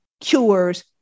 cures